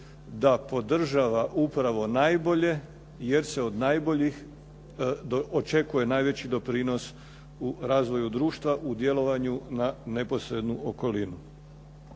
da podržava upravo najbolje, jer se od najboljih očekuje najveći doprinos u razvoju društva u djelovanju na neposrednu okolinu.